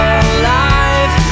alive